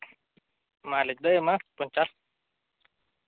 ᱢᱟᱹᱞᱤᱠ ᱫᱚᱭ ᱮᱢᱟ ᱯᱚᱧᱪᱟᱥ